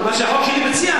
מה שהחוק שלי מציע,